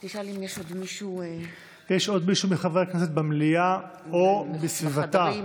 יש עוד מישהו מחברי הכנסת במליאה או בסביבתה,